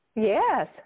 Yes